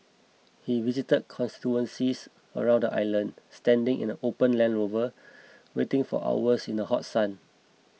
he visited constituencies around the island standing in an open Land Rover waiting for hours in the hot sun